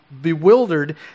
bewildered